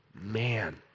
man